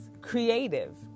creative